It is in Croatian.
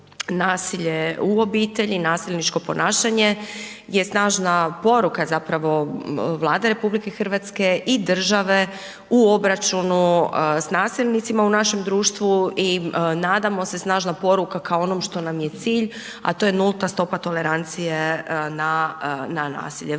nasilje u obitelji, nasilničko ponašanje je snažna poruka zapravo Vlade RH i države u obračunu s nasilnicima u našem društvu i nadamo se, snažna poruka kao onom što nam je cilj, a to je nulta stopa tolerancije na nasilje.